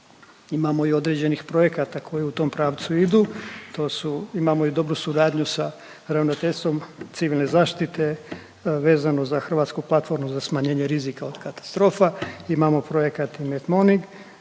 imamo i određenih projekata koji u tom pravcu idu, to su imamo i dobru suradnju sa Ravnateljstvom civilne zaštite vezano za hrvatsku platformu za smanje rizika od katastrofa, imamo projekat i METMONIC